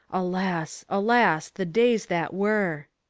alas! alas! the days that were!